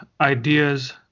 ideas